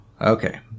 Okay